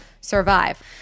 survive